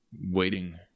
waiting